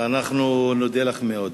אנחנו נודה לך מאוד.